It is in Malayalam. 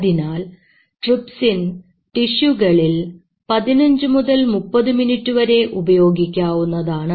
അതിനാൽ ട്രിപ്സിൻ ടിഷ്യുകളിൽ 15 മുതൽ 30 മിനിറ്റ് വരെ ഉപയോഗിക്കാവുന്നതാണ്